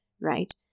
right